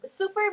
super